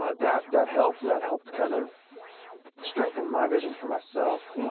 ah that that helped, and that helped kind of strengthen my vision for myself.